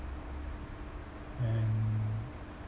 and